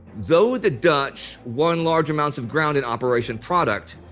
though the dutch won large amounts of ground in operation product,